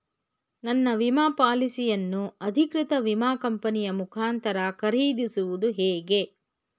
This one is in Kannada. ನನ್ನ ವಿಮಾ ಪಾಲಿಸಿಯನ್ನು ಅಧಿಕೃತ ವಿಮಾ ಕಂಪನಿಯ ಮುಖಾಂತರ ಖರೀದಿಸುವುದು ಹೇಗೆ?